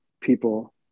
people